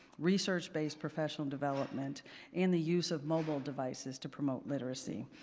research-based professional development and the use of mobile devices to promote literacy.